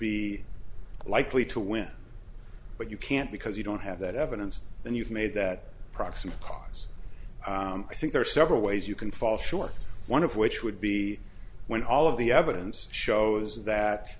be likely to win but you can't because you don't have that evidence and you've made that proximate cause i think there are several ways you can fall short one of which would be when all of the evidence shows that